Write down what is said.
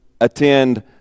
attend